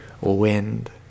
wind